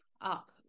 up